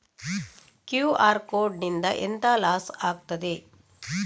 QR code ನಿಂದ ಎಂತ loss ಆಗ್ತದೆ?